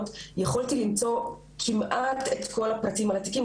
יכולתי למצוא כמעט את כל הפרטים על התיקים,